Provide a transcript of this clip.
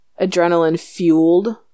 adrenaline-fueled